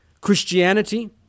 Christianity